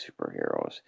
superheroes